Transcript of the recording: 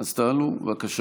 אז תעלו, בבקשה.